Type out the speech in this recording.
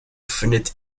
findet